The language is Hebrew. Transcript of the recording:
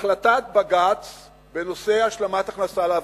החלטת בג"ץ בנושא השלמת הכנסה לאברכים,